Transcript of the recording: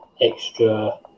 extra